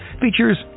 features